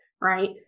Right